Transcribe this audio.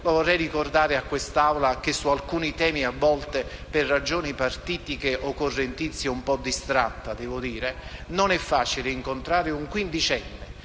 vorrei ricordarlo a quest'Aula, che su alcuni temi a volte, per ragioni partitiche o correntizie, è un po' distratta - incontrare un quindicenne